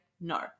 No